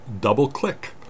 double-click